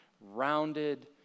rounded